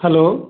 hello